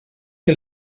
que